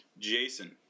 Jason